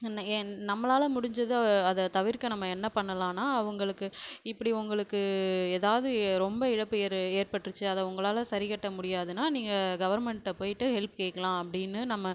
என்ன என்ன நம்மளால் முடிஞ்சதை அதை தவிர்க்க நம்ம என்ன பண்ணலான்னால் அவங்களுக்கு இப்படி உங்களுக்கு எதாவது ரொம்ப இழப்பு ஏர் ஏற்பட்டுடுச்சு அதை உங்களால் சரி கட்ட முடியாதுன்னால் நீங்கள் கவர்மெண்ட்டை போய்விட்டு ஹெல்ப் கேட்கலாம் அப்படின்னு நம்ம